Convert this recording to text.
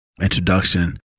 introduction